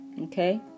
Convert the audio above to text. Okay